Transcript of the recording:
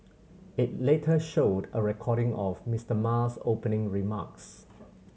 it later showed a recording of Mister Ma's opening remarks